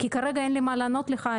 כרגע אין לי מה לענות לך,